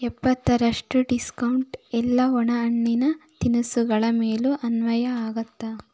ಎಪ್ಪತ್ತರಷ್ಟು ಡಿಸ್ಕೌಂಟ್ ಎಲ್ಲ ಒಣಹಣ್ಣಿನ ತಿನಿಸುಗಳ ಮೇಲೂ ಅನ್ವಯ ಆಗುತ್ತಾ